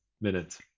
minutes